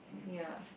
ya